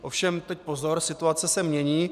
Ovšem teď pozor situace se mění.